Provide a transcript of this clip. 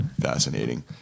fascinating